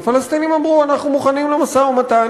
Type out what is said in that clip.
הפלסטינים אמרו: אנחנו מוכנים למשא-ומתן,